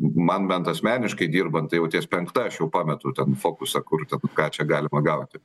man bent asmeniškai dirbant tai jau ties penkta aš jau pametu ten fokusą kur ten ką čia galima gauti